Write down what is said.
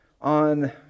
on